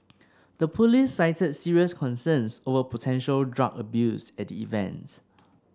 the police cited serious concerns over potential drug abuse at the event